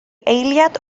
eiliad